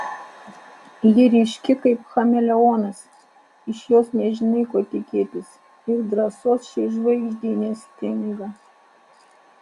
ji ryški kaip chameleonas iš jos nežinai ko tikėtis ir drąsos šiai žvaigždei nestinga